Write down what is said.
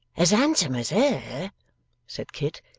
as handsome as her said kit.